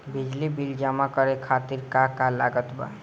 बिजली बिल जमा करे खातिर का का लागत बा?